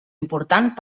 important